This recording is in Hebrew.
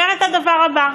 אומר את הדבר הבא: